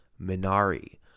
Minari